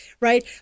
right